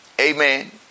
Amen